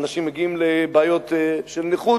אנשים מגיעים לבעיות של נכות.